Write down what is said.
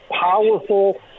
powerful